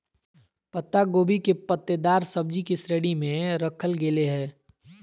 पत्ता गोभी के पत्तेदार सब्जि की श्रेणी में रखल गेले हें